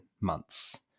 months